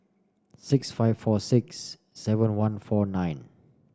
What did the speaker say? six five four six seven one four nine